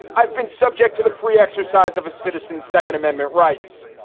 i've been subject to the free exercise of a citizen's second amendment rights.